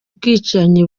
bwicanyi